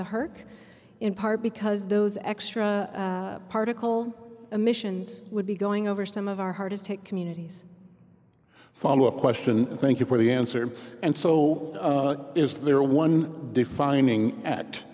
the herc in part because those extra particle emissions would be going over some of our hardest hit communities follow up question thank you for the answer and so is there one defining at